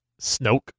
Snoke